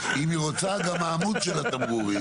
אם היא רוצה גם העמוד של התמרור,